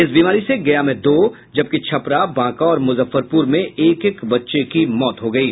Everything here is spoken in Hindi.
इस बीमारी से गया में दो जबकि छपरा बांका और मुजफ्फरपुर में एक एक बच्चे की मौत हो गयी